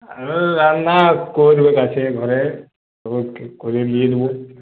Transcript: না করবে কাছে ঘরে করে নিয়ে নেবো